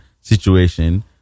situation